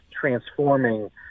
transforming